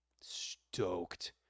stoked